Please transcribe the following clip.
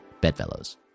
Bedfellows